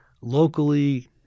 locally